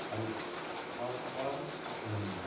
alpaca ਉਨ